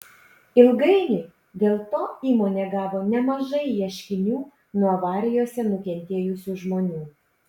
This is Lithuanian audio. ilgainiui dėl to įmonė gavo nemažai ieškinių nuo avarijose nukentėjusių žmonių